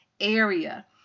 area